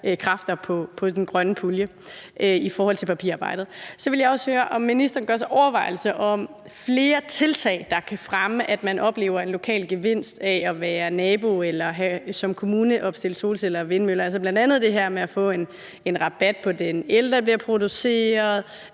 kræfter på den grønne pulje i forhold til papirarbejdet. Så vil jeg også høre, om ministeren gør sig overvejelser om flere tiltag, der kan fremme, at man oplever en lokal gevinst af at være nabo til eller som kommune at opstille solceller og vindmøller, altså bl.a. det her med at få en rabat på den el, der bliver produceret